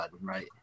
right